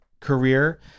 career